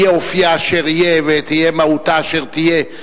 יהיה אופיה אשר יהיה ותהיה מהותה אשר תהיה,